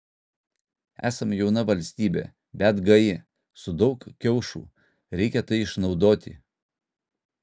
esam jauna valstybė bet gaji su daug kiaušų reikia tai išnaudoti